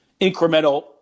incremental